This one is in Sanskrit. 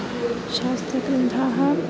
शास्त्रग्रन्थाः